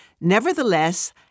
nevertheless